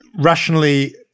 rationally